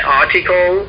article